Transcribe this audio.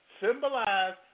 symbolize